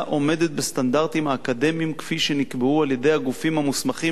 עומדת בסטנדרטים האקדמיים כפי שנקבעו על-ידי הגופים המוסמכים.